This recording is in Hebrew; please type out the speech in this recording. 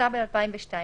התשס"ב 2002‏,